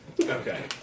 Okay